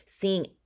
seeing